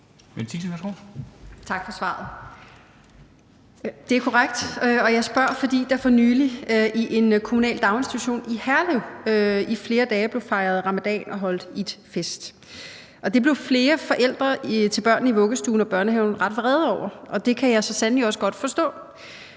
Tak for svaret. Det er korrekt, og jeg spørger, fordi der for nylig i en kommunal daginstitution i Herlev i flere dage blev fejret ramadan og holdt eidfest. Det blev flere forældre til børn i vuggestuen og børnehaven ret vrede over, og det kan jeg så sandelig også godt forstå,